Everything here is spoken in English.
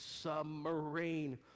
submarine